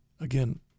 again